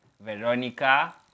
Veronica